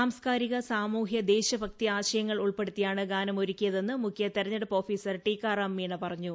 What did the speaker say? സാംസ്കാരിക സാമൂഹ്യ ദേശഭക്തി ആശയങ്ങൾ ഉൾപ്പെടുത്തിയാണ് ഗാനം ഒരുക്കിയതെന്ന് മുഖ്യ തെരഞ്ഞെടുപ്പ് ഓഫീസർ ടിക്കാറാം മീണ പറഞ്ഞു